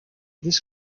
this